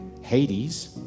Hades